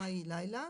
מהו לילה.